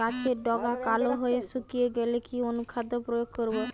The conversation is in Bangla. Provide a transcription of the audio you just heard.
গাছের ডগা কালো হয়ে শুকিয়ে গেলে কি অনুখাদ্য প্রয়োগ করব?